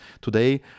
today